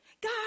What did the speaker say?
God